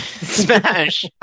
Smash